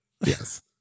yes